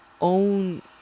own